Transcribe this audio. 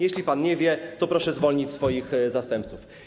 Jeśli pan nie wie, to proszę zwolnić swoich zastępców.